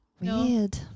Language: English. Weird